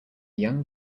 young